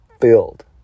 filled